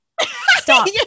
Stop